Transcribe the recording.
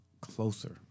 closer